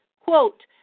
quote